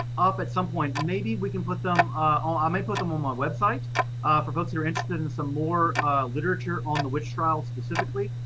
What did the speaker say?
up at some point. maybe we can put them, um i may put them on my website for folks who are interested in some more literature on the witch trials specifically.